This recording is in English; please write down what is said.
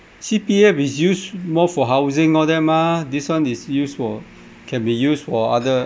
C_P_F is used more for housing all that mah this one is used for can be used for other